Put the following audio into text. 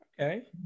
Okay